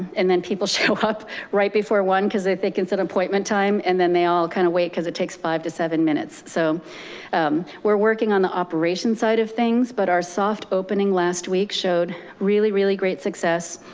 and then people show up right before one, cause they think it's an appointment time, and then they all kind of wait, cause it takes five to seven minutes. so we're working on the operation side of things, but our soft opening last week showed really, really great success.